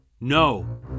No